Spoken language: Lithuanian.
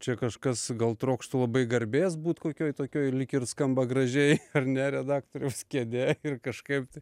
čia kažkas gal trokšta labai garbės būt kokioj tokioj lyg ir skamba gražiai ar ne redaktoriaus kėdėj ir kažkaip tai